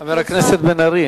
חבר הכנסת בן-ארי,